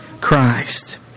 Christ